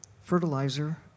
fertilizer